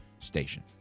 Station